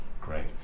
Great